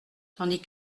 tandis